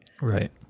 Right